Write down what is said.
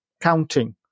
counting